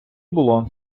було